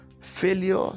Failure